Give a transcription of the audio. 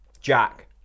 Jack